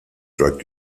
drug